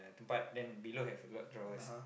like tepat then below have a lot of drawers